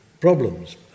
problems